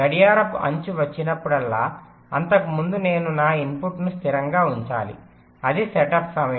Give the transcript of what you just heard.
గడియారపు అంచు వచ్చినప్పుడల్లా అంతకు ముందు నేను నా ఇన్పుట్ను స్థిరంగా ఉంచాలి అది సెటప్ సమయం